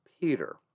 Peter